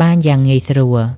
បានយ៉ាងងាយស្រួល។